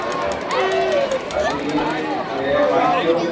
हय आनी हे माणक्यो